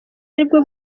aribwo